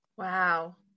Wow